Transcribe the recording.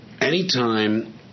anytime